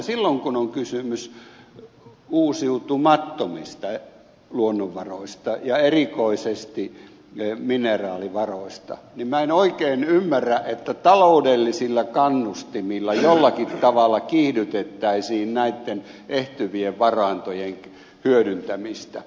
silloin kun on kysymys uusiutumattomista luonnonvaroista ja erikoisesti mineraalivaroista niin minä en oikein ymmärrä sitä että taloudellisilla kannustimilla jollakin tavalla kiihdytettäisiin näitten ehtyvien varantojen hyödyntämistä